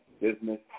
Business